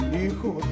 hijo